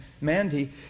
Mandy